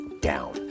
down